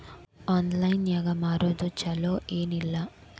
Online ನಾಗ್ ಮಾರೋದು ಛಲೋ ಏನ್ ಇಲ್ಲ?